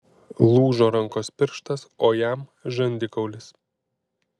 lūžo rankos pirštas o jam žandikaulis